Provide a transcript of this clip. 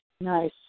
Nice